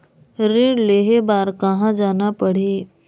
ऋण लेहे बार कहा जाना पड़ही?